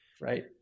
right